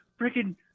freaking